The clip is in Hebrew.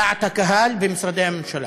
דעת הקהל, במשרדי הממשלה.